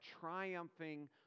triumphing